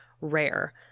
rare